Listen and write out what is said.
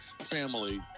family